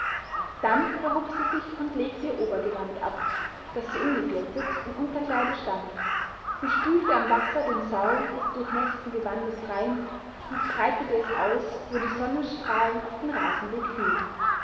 dann erhob sie sich und legte ihr obergewand ab daß sie ungegürtet im unterkleide stand sie spülte am wasser den saum des durchnäßten gewandes rein und breitete es aus wo die sonnenstrahlen auf den rasenweg fielen